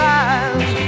eyes